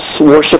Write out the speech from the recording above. worship